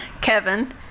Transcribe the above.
kevin